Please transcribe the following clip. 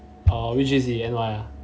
err which J_C N_Y ah